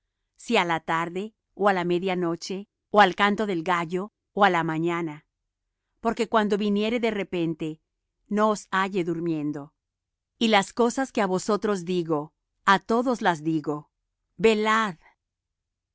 si á la tarde ó á la media noche ó al canto del gallo ó á la mañana porque cuando viniere de repente no os halle durmiendo y las cosas que á vosotros digo á todos las dijo velad